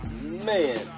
man